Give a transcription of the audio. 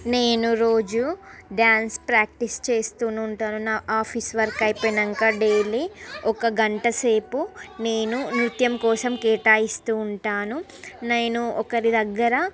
నేను రోజూ dance practice చేస్తూ ఉంటాను నా ఆఫీస్ వర్క్ అయిపోయాక డైలీ ఒక గంట సేపు నేను నృత్యం కోసం కేటాయిస్తూ ఉంటాను నేను ఒకరి దగ్గర